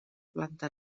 planta